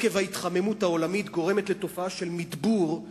עקב ההתחממות העולמית גורמת לתופעה של מידבור,